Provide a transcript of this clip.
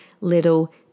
little